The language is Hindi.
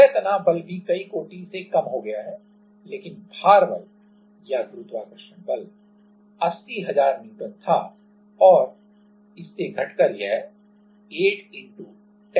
सतह तनाव बल भी कई कोटि से कम हो गया है लेकिन भार बल या गुरुत्वाकर्षण बल 80000N था और इससे घटकर यह 8× N हो गया